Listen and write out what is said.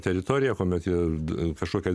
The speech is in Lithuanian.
teritoriją tuomet ir kažkokią